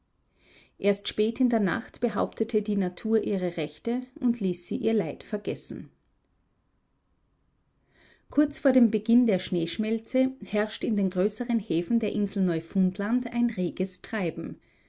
erst spät in der nacht behauptete die natur ihre rechte und ließ sie ihr leid vergessen kurz vor dem beginn der schneeschmelze herrscht in den größeren häfen der insel neufundland ein reges treiben